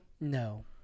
No